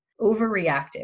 overreactive